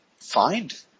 find